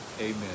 Amen